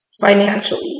financially